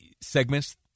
segments